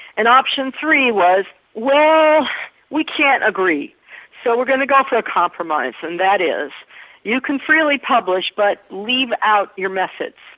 and option three was well we can't agree so we're going to go for a compromise and that is you can freely publish but leave out your methods,